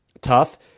tough